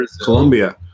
Colombia